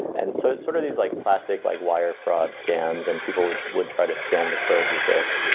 and so it's sort of these like classic like wire fraud scams and people would would try to scam the pros with this.